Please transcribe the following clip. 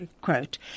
quote